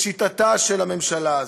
לשיטתה של הממשלה הזאת.